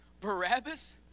Barabbas